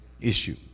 issue